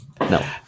No